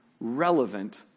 relevant